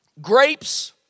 Grapes